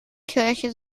kirche